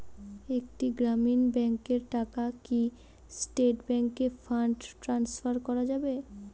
একটি গ্রামীণ ব্যাংকের টাকা কি স্টেট ব্যাংকে ফান্ড ট্রান্সফার করা যাবে?